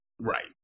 Right